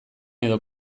edo